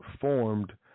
formed